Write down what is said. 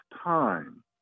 time